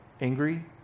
angry